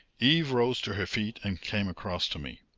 eve rose to her feet and came across to me.